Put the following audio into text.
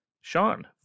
Sean